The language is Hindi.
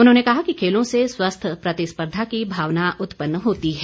उन्होंने कहा कि खेलों से स्वस्थ प्रतिस्पर्धा की भावना उत्पन्न होती है